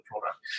product